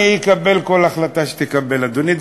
אני אקבל כל החלטה שתקבל, אדוני.